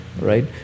Right